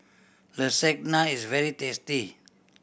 lasagna is very tasty